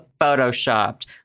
photoshopped